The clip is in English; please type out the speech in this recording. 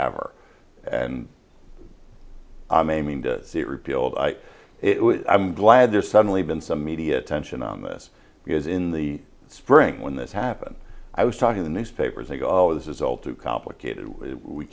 idea ever and i'm aiming to see it repealed i'm glad there's suddenly been some media attention on this because in the spring when this happened i was talking to newspapers they go oh this is all too complicated we